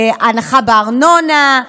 הנחה בארנונה,